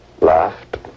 laughed